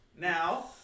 Now